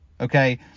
Okay